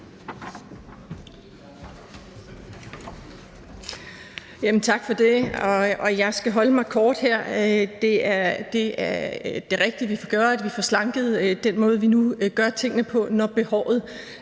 Tak for det. Jeg skal gøre det kort. Det er det rigtige, vi gør, at vi får slanket den måde, vi nu gør tingene på, når behovet